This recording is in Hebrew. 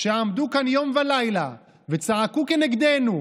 עמדו כאן יום ולילה וצעקו כנגדנו,